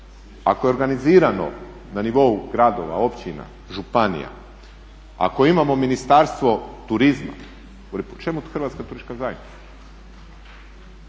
ako je organizirano na nivou gradova, općina, županija, ako imamo Ministarstvo turizma čemu Hrvatska turistička zajednica?